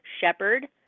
Shepard